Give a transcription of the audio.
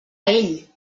ell